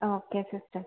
okay sister